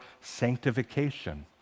sanctification